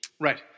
Right